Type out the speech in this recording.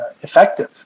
effective